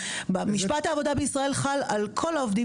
משפט העבודה בישראל חל על כל העובדים